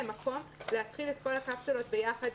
להם מקום להתחיל את כל הקפסולות ביחד,